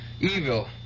Evil